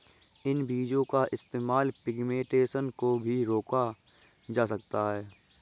इन बीजो का इस्तेमाल पिग्मेंटेशन को भी रोका जा सकता है